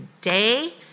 today